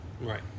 Right